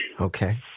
Okay